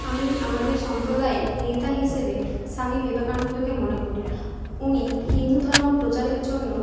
আমি আমাদের সম্প্রদায়ের নেতা হিসেবে স্বামী বিবেকানন্দকে মনে করি উনি হিন্দু ধর্ম প্রচারের জন্য